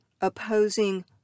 opposing